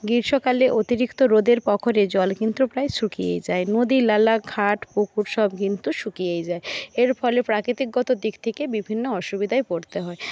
গ্রীষ্মকালে অতিরিক্ত রোদের প্রখরে জল কিন্তু প্রায় শুকিয়েই যায় নদী নালা ঘাট পুকুর সব কিন্তু শুকিয়েই যায় এর ফলে প্রাকৃতিকগত দিক থেকে বিভিন্ন অসুবিধায় পড়তে হয়